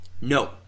No